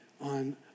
on